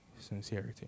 sincerity